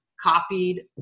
copied